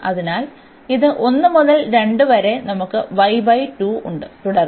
അതിനാൽ ഇത് 1 മുതൽ 2 വരെ നമുക്ക് ഉണ്ട് തുടർന്ന്